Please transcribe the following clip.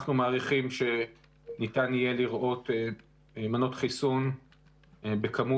אנחנו מעריכים שניתן יהיה לראות מנות חיסון בכמות